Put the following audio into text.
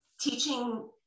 teaching